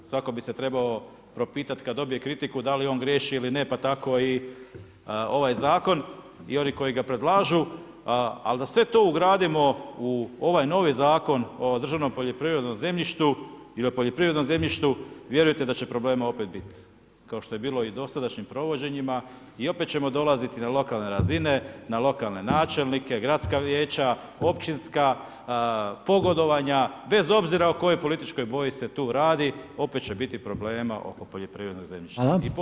Svako bi se trebao propitati kada dobije kritiku da li on griješi ili ne pa tako i ovaj zakon i oni koji ga predlažu, ali da sve to ugradimo u ovaj novi Zakon o državnom poljoprivrednom zemljištu i o poljoprivrednom zemljištu vjerujte da će problema opet biti kao što je bilo i u dosadašnjim provođenjima i opet ćemo dolaziti na lokalne razine, na lokalne načelnike, gradska vijeća, općinska, pogodovanja, bez obzira o kojoj političkoj boji se tu radi opet će biti problema oko poljoprivrednog zemljišta i podjele i kriteriji.